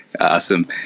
Awesome